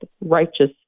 righteous